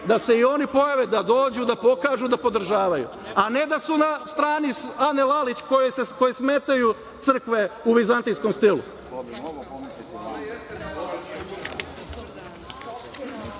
da se i oni pojave, da dođu i da pokažu da i oni podržavaju, a ne da su na strani Ane Lalić, kojoj smetaju crkve u vizantijskom stilu. Na